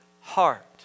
heart